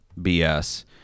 BS